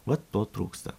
va to trūksta